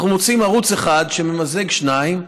אנחנו מוצאים ערוץ אחד שממזג שניים,